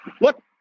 look